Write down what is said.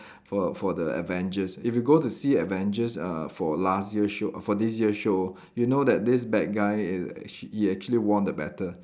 for for the Avengers if you go to see Avengers uh for last year show for this year show you know that this bad guy is sh~ he actually won the battle